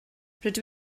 rydw